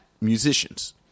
musicians